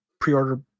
pre-order